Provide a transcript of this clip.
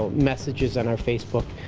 messages on our facebook,